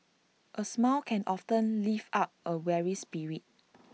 A smile can often lift up A weary spirit